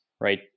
right